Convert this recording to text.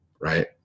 right